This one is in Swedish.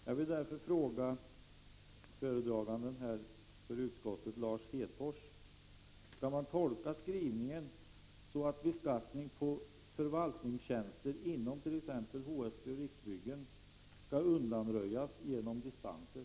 Jag vill därför fråga utskottets talesman Lars Hedfors: Skall man tolka utskottets skrivning så, att beskattning av förvaltningstjänster inom t.ex. HSB och Riksbyggen skall undanröjas genom dispenser?